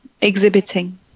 exhibiting